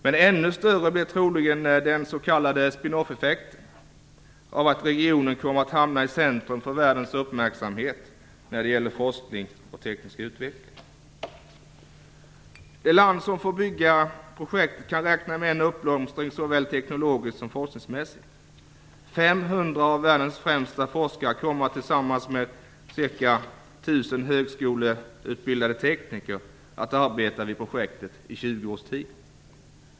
Den s.k. spinn off-effekten blir troligen ännu större. Regionen kommer att hamna i centrum för världens uppmärksamhet när det gäller forskning och teknisk utveckling. Det land som får bygga projektet kan räkna med en uppblomstring såväl teknologiskt som forskningsmässigt. 500 av världens främsta forskare kommer tillsammans med ca 1 000 högskoleutbildade tekniker att arbeta vid projektet i 20 års tid.